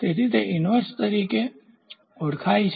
તેથી તે ઈન્વર્સ તરીકે ઓળખાય છે